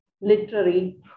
Literary